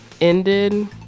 ended